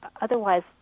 otherwise